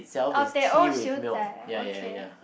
oh teh O siew dai okay